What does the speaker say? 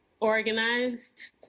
organized